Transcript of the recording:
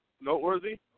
noteworthy